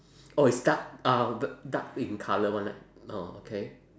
oh it's dark uh dark in colour [one] lah orh okay